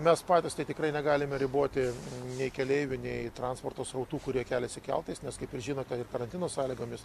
mes patys tai tikrai negalime riboti nei keleivių nei transporto srautų kurie keliasi keltais nes kaip ir žinote ir karantino sąlygomis